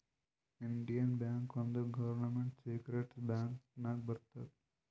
Indian bank ಒಂದ್ government ಸೆಕ್ಟರ್ದು bank ನಾಗ್ ಬರ್ತುದ್